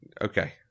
Okay